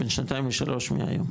בין שנתיים לשלוש מהיום.